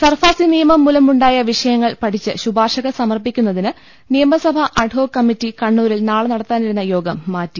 SARFAESI നിയമം മൂലമുണ്ടായ വിഷയങ്ങൾ പഠിച്ച് ശുപാർശകൾ സമർപ്പിക്കുന്നതിന് നിയമസഭാ അഡ്ഹോക് കമ്മിറ്റി കണ്ണൂരിൽ നാളെ നടത്താനിരുന്ന യോഗം മാറ്റി